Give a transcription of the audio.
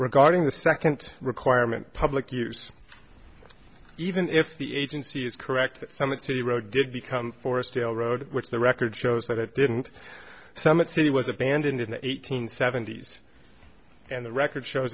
regarding the second requirement public use even if the agency is correct that summit city road did become forest railroad which the record shows that it didn't summit city was abandoned in the eighteen seventies and the record shows